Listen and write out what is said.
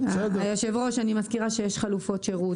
אני מזכירה שיש חלופות שירות.